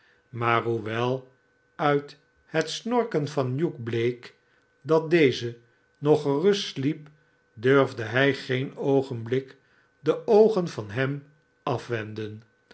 maar hoewel uit het snorken van hugh bleek dat deze nog gerust sliep durfde hij geen oogenblik de oogen van hem afwenden